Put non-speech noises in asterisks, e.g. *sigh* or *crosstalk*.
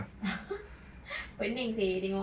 *laughs* pening seh I tengok